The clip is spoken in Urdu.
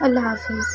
اللہ حافظ